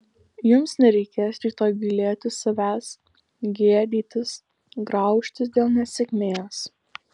jums nereikės rytoj gailėtis savęs gėdytis graužtis dėl nesėkmės